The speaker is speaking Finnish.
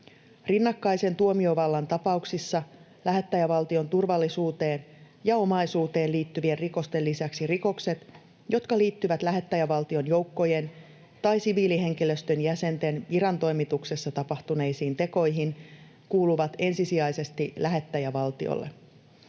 Rinnakkaisen tuomiovallan tapauksissa lähettäjävaltion turvallisuuteen ja omaisuuteen liittyvien rikosten lisäksi rikokset, jotka liittyvät lähettäjävaltion joukkojen tai siviilihenkilöstön jäsenten virantoimituksessa tapahtuneisiin tekoihin, kuuluvat ensisijaisesti lähettäjävaltiolle.